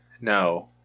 No